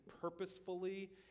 purposefully